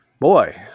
boy